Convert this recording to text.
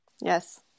Yes